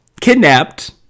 kidnapped